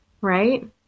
right